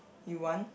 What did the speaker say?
you want